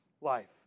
life